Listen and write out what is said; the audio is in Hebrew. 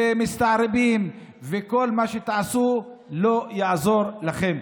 מסתערבים וכל מה שתעשו, לא יעזור לכם.